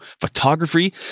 photography